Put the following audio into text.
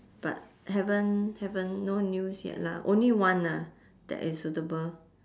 but haven't haven't no news yet lah only one ah that is suitable